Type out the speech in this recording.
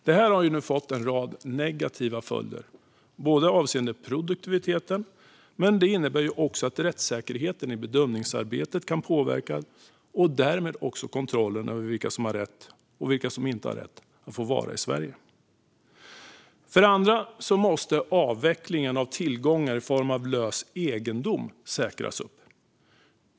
Det här har fått en rad negativa följder avseende produktiviteten, men det innebär också att rättssäkerheten i bedömningsarbetet kan påverkas och därmed kontrollen över vilka som har rätt och inte har rätt att vara i Sverige. För det andra måste avvecklingen av tillgångar i form av lös egendom säkras.